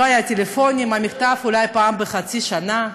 לא היו טלפונים, ומכתב, אולי פעם בחצי שנה.